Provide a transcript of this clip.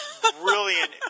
brilliant